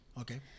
Okay